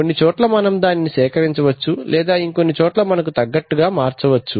కొన్ని చోట్ల మనము దానిని సేకరించవచ్చు లేదా ఇంకొన్ని చోట్ల మనకు తగ్గట్టుగా మార్చవచ్చు